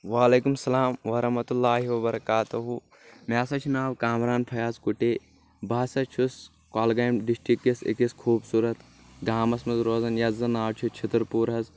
وعلیکم السلام ورحمۃ اللہ وبرکاتہُ مےٚ ہسا چھُ ناو کامران فیاض کُٹے بہٕ ہسا چھُس کۄلگامۍ ڈرسٹرکٹ کِس أکِس خوبصورت گامس منٛز روزان یتھ زن ناو چھُ چھترپور حظ